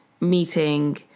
meeting